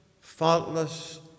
faultless